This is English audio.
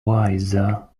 wiser